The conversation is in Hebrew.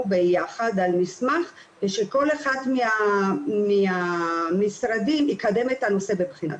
ביחד על מסמך ושכל אחד מהמשרדים יקדם את הנושא מבחינתו.